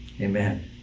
Amen